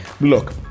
Look